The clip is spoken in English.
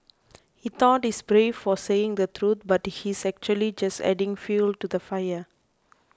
he thought he's brave for saying the truth but he's actually just adding fuel to the fire